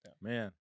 Man